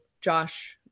Josh